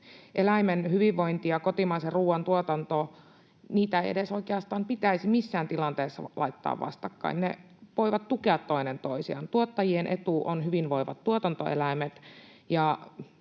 Eläinten hyvinvointi ja kotimaisen ruuan tuotanto — niitä ei edes oikeastaan pitäisi missään tilanteessa laittaa vastakkain. Ne voivat tukea toinen toisiaan. Tuottajien etu on hyvinvoivat tuotantoeläimet.